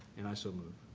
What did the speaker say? and i so move.